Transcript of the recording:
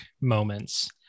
moments